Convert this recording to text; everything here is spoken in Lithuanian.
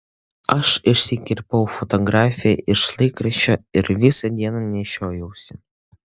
aš išsikirpau fotografiją iš laikraščio ir visą dieną nešiojausi